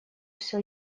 всё